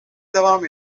devam